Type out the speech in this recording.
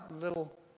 little